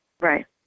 Right